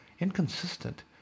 inconsistent